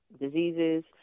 diseases